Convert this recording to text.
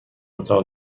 اتاق